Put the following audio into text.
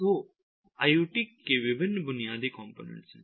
तो ये IoT के विभिन्न बुनियादी कॉम्पोनेंट्स हैं